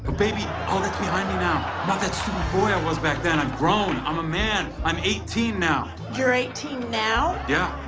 baby, all that's behind me now. i'm not that stupid boy i was back then. i'm grown, i'm a man, i'm eighteen now. you're eighteen now? yeah,